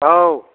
औ